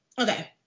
okay